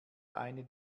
eine